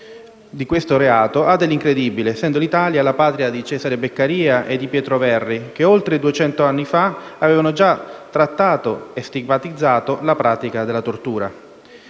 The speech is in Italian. di questo reato ha dell'incredibile, essendo l'Italia la Patria di Cesare Beccaria e di Pietro Verri, che oltre duecento anni fa avevano già trattato e stigmatizzato la pratica della tortura.